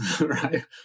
right